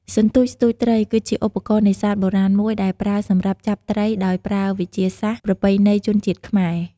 សន្ទួចស្ទួចត្រី គឺជាឧបករណ៍នេសាទបុរាណមួយដែលប្រើសម្រាប់ចាប់ត្រី ដោយប្រើវិធីសាស្ត្រប្រពៃណីជនជាតិខ្មែរ។